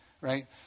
right